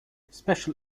special